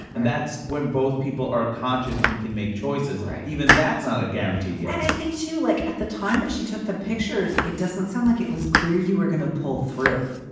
and that's when both people are conscious and can make choices. even that's not a guarantee yeah, i think too like at the time that she took the pictures. it doesn't sound like it was clear you were going to pull through.